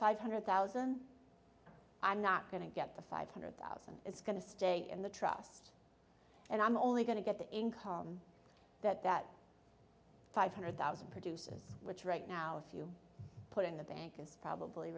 five hundred thousand i'm not going to get the five hundred thousand it's going to stay in the trust and i'm only going to get the income that that five hundred thousand produces which right now if you put it in the bank it's probably